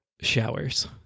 showers